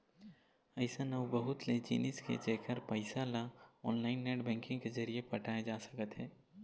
अइसन अउ बहुत ले जिनिस हे जेखर पइसा ल ऑनलाईन नेट बैंकिंग के जरिए पटाए जा सकत हे